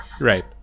Right